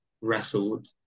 wrestled